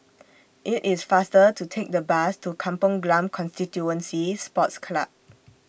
IT IS faster to Take The Bus to Kampong Glam Constituency Sports Club